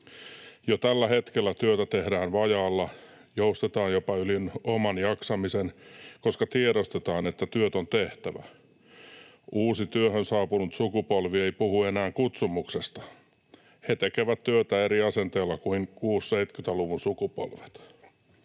Jo tällä hetkellä työtä tehdään vajaalla. Joustetaan jopa yli oman jaksamisen, koska tiedostetaan, että työt on tehtävä. Uusi työhön saapunut sukupolvi ei puhu enää kutsumuksesta. He tekevät työtä eri asenteella kuin 60—70-luvun sukupolvet.